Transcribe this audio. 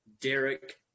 Derek